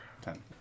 ten